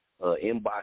Inbox